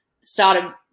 started